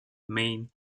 maine